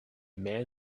man